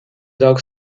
dog